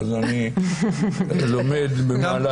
אז אני לומד במהלך הדרך.